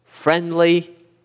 Friendly